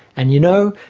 and you know,